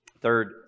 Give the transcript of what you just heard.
third